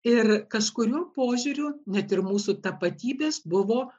ir kažkuriuo požiūriu net ir mūsų tapatybės buvo